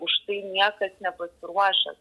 užtai niekas nepasiruošęs